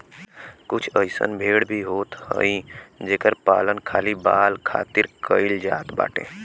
कुछ अइसन भेड़ भी होत हई जेकर पालन खाली बाल खातिर कईल जात बाटे